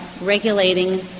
regulating